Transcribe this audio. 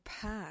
past